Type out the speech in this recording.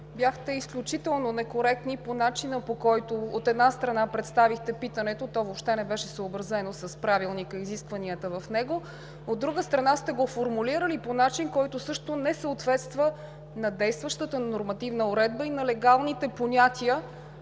бяхте изключително некоректни за начина, по който, от една страна, представихте питането – то въобще не беше съобразено с Правилника и изискванията в него, от друга страна, сте го формулирали по начин, който също не съответства на действащата нормативна уредба и на легалните понятия,